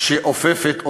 שאופפת אותו.